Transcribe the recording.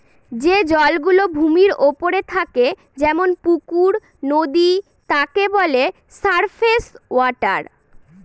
যে জল গুলো ভূমির ওপরে থাকে যেমন পুকুর, নদী তাকে বলে সারফেস ওয়াটার